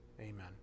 Amen